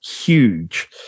huge